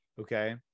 Okay